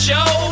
Show